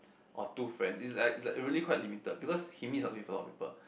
or two friends is like is like really quite limited because he missed out with a lot of people